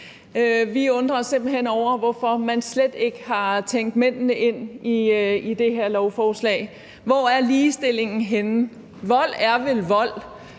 os simpelt hen over, hvorfor man slet ikke har tænkt mændene ind i det her lovforslag. Hvor er ligestillingen henne? Vold er vel vold,